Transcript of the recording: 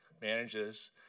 manages